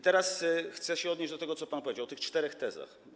Teraz chcę się odnieść do tego, co pan powiedział, do tych czterech tez.